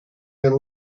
and